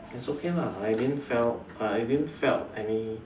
it's okay lah I didn't felt I didn't felt any